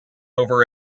over